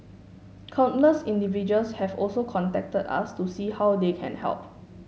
countless individuals have also contacted us to see how they can help